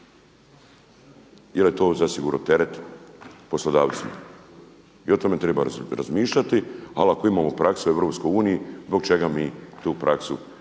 jel je to zasigurno teret poslodavcima i o tome treba razmišljati. Ali ako imamo prakse u EU zbog čega mi tu praksu ne